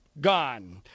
Gone